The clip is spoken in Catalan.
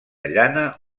llana